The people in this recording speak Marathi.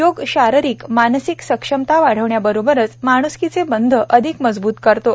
योग शारीरिक मानसिक सक्षमता वाढवण्याबरोबरच माण्सकीचे बंध अधिक मजब्त करतो